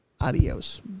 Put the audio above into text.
Adios